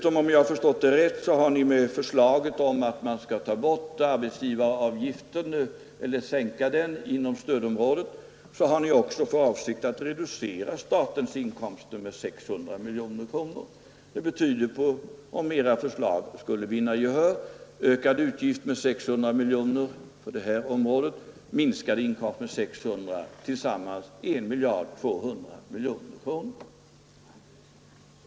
Om jag förstått saken rätt har ni dessutom med förslaget om att ta bort arbetsgivaravgiften eller sänka den inom stödområdet för avsikt att reducera statens inkomster med 600 miljoner kronor. Om era förslag skulle vinna gehör, betyder det ökade utgifter med 600 miljoner och minskade inkomster med 600 miljoner eller tillsammans 1 200 miljoner kronor.